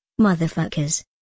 motherfuckers